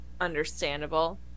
understandable